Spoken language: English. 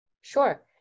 Sure